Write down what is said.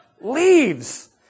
Leaves